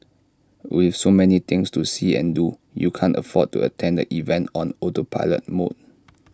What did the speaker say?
with so many things to see and do you can't afford to attend the event on autopilot mode